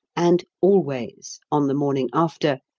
and always, on the morning after,